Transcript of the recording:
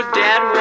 dead